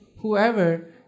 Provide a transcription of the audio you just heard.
whoever